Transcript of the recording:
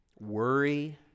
worry